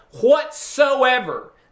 whatsoever